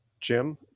Jim